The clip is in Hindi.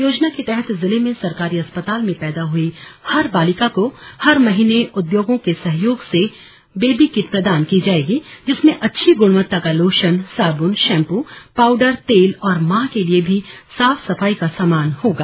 योजना के तहत जिले में सरकारी अस्पताल में पैदा हुई हर बालिका को हर महीने उद्योगों के सहयोग से बेबी किट प्रदान की जाएगी जिसमें अच्छी गुणवत्ता का लोशन साबुन शैंप्र पाउडर तेल और मां के लिए भी साफ सफाई का सामान होगा